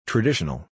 Traditional